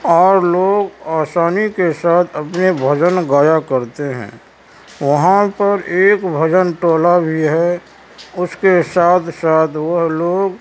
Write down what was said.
اور لوگ آسانی کے ساتھ اپنے بھجن گایا کرتے ہیں وہاں پر ایک بھجن ٹولہ بھی ہے اس کے ساتھ ساتھ وہ لوگ